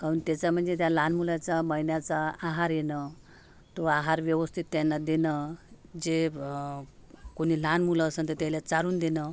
कहून त्याचा म्हणजे त्या लहान मुलाचा महिन्याचा आहार येणं तो आहार व्यवस्थित त्यांना देणं जे कोणी लहान मुलं असंन तर त्याला चारून देणं